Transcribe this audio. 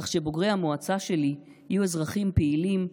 כך שבוגרי המועצה שלי יהיו אזרחים פעילים,